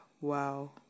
wow